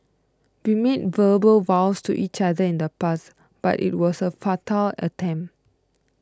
we made verbal vows to each other in the past but it was a futile attempt